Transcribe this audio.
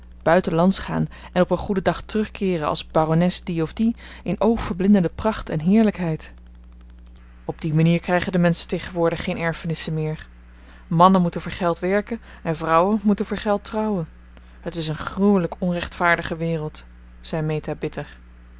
buitenlands gaan en op een goeden dag terugkeeren als barones die of die in oogverblindende pracht en heerlijkheid op die manier krijgen de menschen tegenwoordig geen erfenissen meer mannen moeten voor geld werken en vrouwen moeten voor geld trouwen het is een gruwelijk onrechtvaardige wereld zei meta bitter